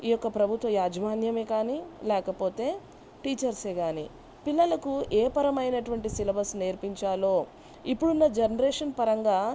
ఈ యొక్క ప్రభుత్వ యాజమాన్యమే కానీ లేకపోతే టీచర్సే కానీ పిల్లలకు ఏ పరమైనటువంటి సిలబస్ నేర్పించాలో ఇప్పుడున్న జనరేషన్ పరంగా